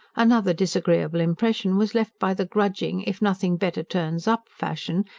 another disagreeable impression was left by the grudging, if-nothing-better-turns-up fashion,